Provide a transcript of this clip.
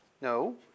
No